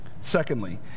Secondly